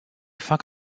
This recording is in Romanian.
fac